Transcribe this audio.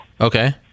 Okay